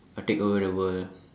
take over the world